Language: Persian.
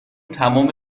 تمام